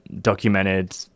documented